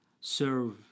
serve